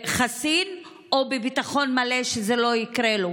חסין או להיות בביטחון מלא שזה לא יקרה לו.